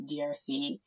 DRC